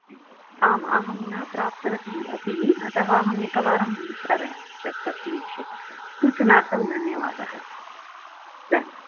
आम् अहं न प्राप्तवती अपि अत अहम् एकवारं विचारयामि तत् तस्मिन् विषये सूचनार्थं धन्यवाद